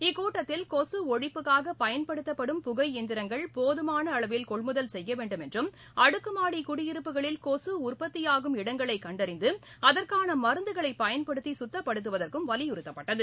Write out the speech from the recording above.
இக்கூட்டத்தில் கொசு ஒழிப்புக்காக பயன்படுத்தப்படும் புகை இயந்திரங்கள் போதுமான அளவில் கொள்முதல் செய்ய வேண்டும் என்றும் அடுக்குமாடி குடியிருப்புகளில் கொசு உற்பத்தியாகும் இடங்களை கண்டறிந்து அதற்கான மருந்துகளை பயன்படுத்தி சுத்தப்படுத்துவதற்கு வலியுறுத்தப்பட்டது